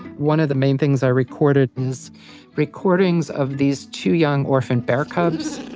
one of the main things i recorded is recordings of these two young orphaned bear cubs,